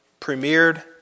premiered